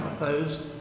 Opposed